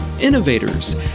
innovators